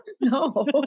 No